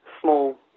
small